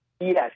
Yes